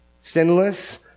sinless